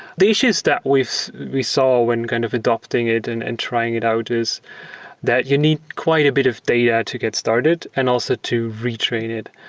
the issues that we saw when kind of adapting it and and trying it out is that you need quite a bit of data to get started and also to retrain it.